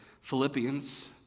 Philippians